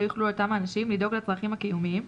יוכלו אותם אנשים לדאוג לצרכיהם הקיומיים,